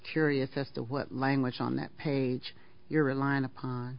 curious as to what language on that page you're in line upon